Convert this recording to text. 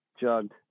Jugged